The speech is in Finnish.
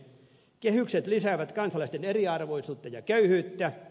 kehykset lisäävät kansalaisten eriarvoisuutta ja köyhyyttä